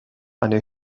eine